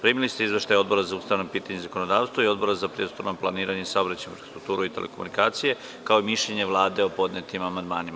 Primili ste izveštaje Odbora za ustavna pitanja i zakonodavstvo i Odbora za prostorno planiranje, saobraćaj, infrastrukturu i telekomunikacije, kao i mišljenje Vlade o podnetim amandmanima.